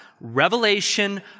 revelation